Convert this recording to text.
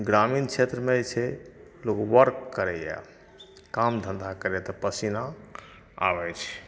ग्रामीण क्षेत्रमे जे छै लोग वर्क करैए काम धन्धा कयने से पसीना आबैत छै